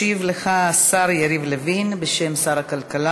ישיב לך השר יריב לוין בשם שר הכלכלה.